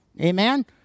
Amen